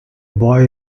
boy